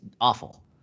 awful